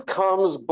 comes